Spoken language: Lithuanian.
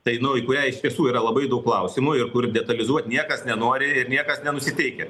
tai nu į kurią iš tiesų yra labai daug klausimų ir kur detalizuot niekas nenori ir niekas nenusiteikę